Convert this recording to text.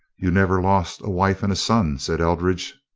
you never lost a wife and son, said eldridge.